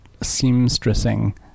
seamstressing